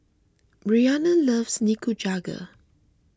Bryana loves Nikujaga